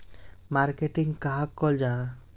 Marketing कहाक को जाहा?